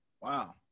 Wow